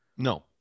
No